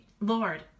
Lord